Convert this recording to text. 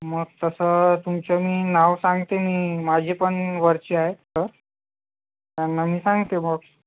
मग तसं तुमचं मी नाव सांगते मी माझे पण वरचे आहेत तर त्यांना मी सांगते मग